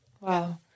Wow